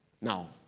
Now